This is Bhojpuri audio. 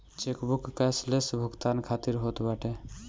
चेकबुक कैश लेस भुगतान खातिर होत बाटे